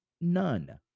none